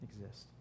exist